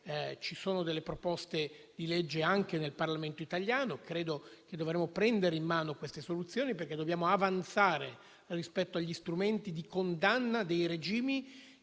ci sono delle proposte di legge anche nel Parlamento italiano. Credo che dovremmo prendere in mano queste soluzioni, perché dobbiamo avanzare rispetto agli strumenti di condanna dei regimi